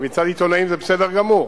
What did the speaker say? ומצד עיתונאים זה בסדר גמור,